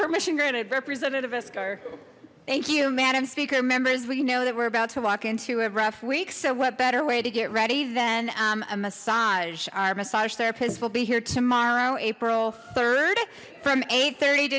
permission granted representative iskar thank you madam speaker members we know that we're about to walk into a rough week so what better way to get ready then a massage our massage therapist will be here tomorrow april rd from eight thirty